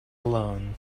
alone